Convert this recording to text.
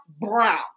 Brown